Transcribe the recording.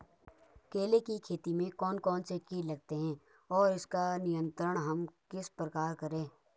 केले की खेती में कौन कौन से कीट लगते हैं और उसका नियंत्रण हम किस प्रकार करें?